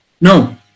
No